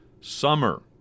summer